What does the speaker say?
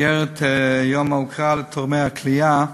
במסגרת יום ההוקרה לתורמי הכליה,